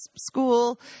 school